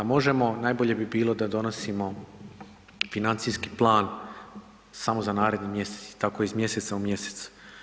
Da možemo najbolje bi bilo da donosimo financijski plan samo za naredni mjesec i tako iz mjeseca u mjesec.